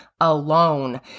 alone